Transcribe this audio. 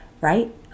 right